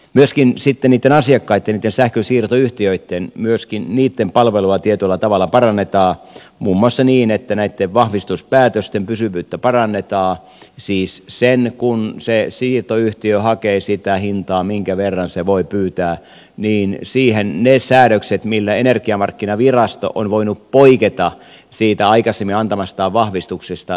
myöskin sitten niitten asiakkaitten niitten sähkönsiirtoyhtiöitten palvelua tietyllä tavalla parannetaan muun muassa niin että näitten vahvistuspäätösten pysyvyyttä parannetaan siis sen kun siirtoyhtiö hakee sitä hintaa minkä verran se voi pyytää siihen niitä säädöksiä millä energiamarkkinavirasto on voinut poiketa siitä aikaisemmin antamastaan vahvistuksesta nyt kapeutetaan